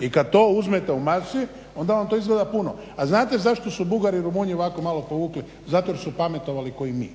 I kad to uzmete u …/Govornik se ne razumije./… onda vam to izgleda puno. A znate zašto su Bugari i Romunji ovako malo povukli, zato jer su pametovali kao i mi.